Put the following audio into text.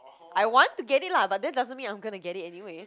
I want to get it lah but that doesn't mean I'm gonna get it anyway